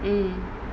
mm